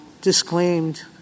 disclaimed